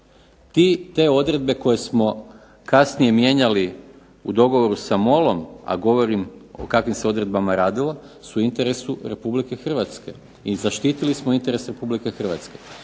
TE odredbe koje smo kasnije mijenjali u dogovoru sa MOL-om a govorim o kakvim se odredbama radilo su u interesu Republike Hrvatske ili zaštitili smo interes Republike Hrvatske.